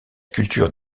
culture